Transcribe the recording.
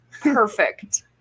Perfect